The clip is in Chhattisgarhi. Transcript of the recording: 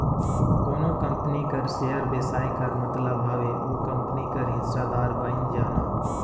कोनो कंपनी कर सेयर बेसाए कर मतलब हवे ओ कंपनी कर हिस्सादार बइन जाना